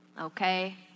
Okay